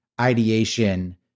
ideation